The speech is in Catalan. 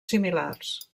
similars